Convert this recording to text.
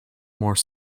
more